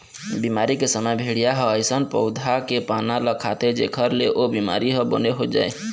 बिमारी के समे भेड़िया ह अइसन पउधा के पाना ल खाथे जेखर ले ओ बिमारी ह बने हो जाए